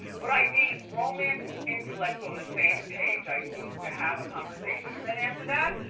but i need romance and intellect on the same page. i need to have a conversation. and then after that,